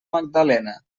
magdalena